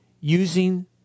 Using